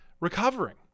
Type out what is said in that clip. recovering